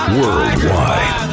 worldwide